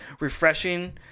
refreshing